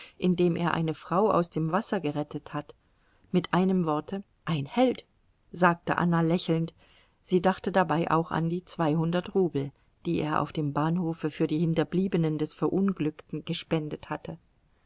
indem er eine frau aus dem wasser gerettet hat mit einem worte ein held sagte anna lächelnd sie dachte dabei auch an die zweihundert rubel die er auf dem bahnhofe für die hinterbliebenen des verunglückten gespendet hatte